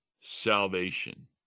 salvation